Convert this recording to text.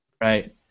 Right